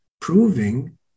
proving